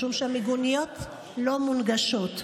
משום שהמיגוניות לא מונגשות.